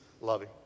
loving